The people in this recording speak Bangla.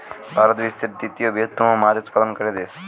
ভারত বিশ্বের তৃতীয় বৃহত্তম মাছ উৎপাদনকারী দেশ